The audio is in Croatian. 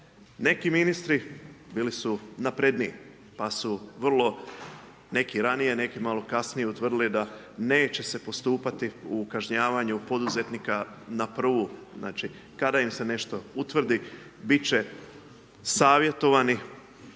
Neki ministri bili su napredniji, pa su vrlo, neki ranije, neki malo kasnije, utvrdili da neće se postupati u kažnjavanju poduzetnika na prvu, znači, kada im se nešto utvrdi, biti će savjetovani,